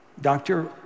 Doctor